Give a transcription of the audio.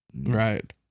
Right